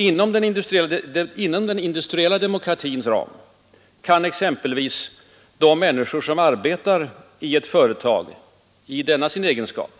Inom den industriella demokratins ram kan exempelvis inte rimligen de människor som arbetar i ett företag i denna sin egenskap